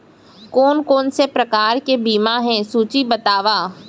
कोन कोन से प्रकार के बीमा हे सूची बतावव?